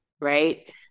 right